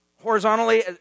Horizontally